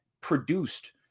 produced